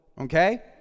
Okay